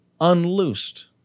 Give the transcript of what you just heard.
unloosed